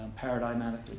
paradigmatically